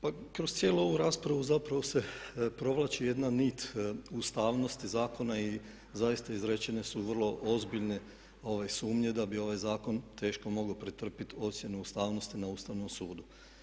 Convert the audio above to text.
Pa kroz cijelu ovu raspravu zapravo se provlači jedna nit ustavnosti zakona i zaista izrečene su vrlo ozbiljne sumnje da bi ovaj zakon teško mogao pretrpjeti ocjenu ustavnosti na Ustavnom sudu.